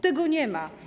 Tego nie ma.